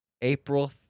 April